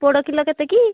ପୋଡ଼ କିଲୋ କେତେ କି